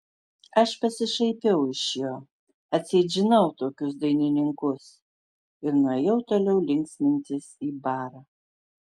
aš pasišaipiau iš jo atseit žinau tokius dainininkus ir nuėjau toliau linksmintis į barą